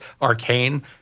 arcane